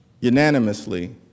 unanimously